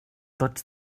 tots